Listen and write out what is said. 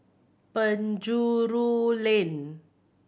Penjuru Lane